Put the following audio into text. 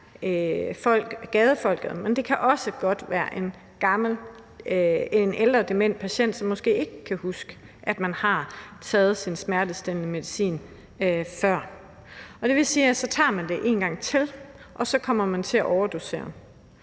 gadefolket, men at det også godt kan være en ældre dement patient, som måske ikke kan huske, at vedkommende har taget sin smertestillende medicin før, og det vil sige, at så tager man det en gang til, og så kommer man til at overdosere.